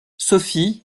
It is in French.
sophie